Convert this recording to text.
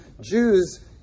Jews